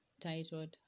titled